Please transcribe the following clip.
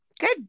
Good